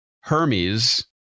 Hermes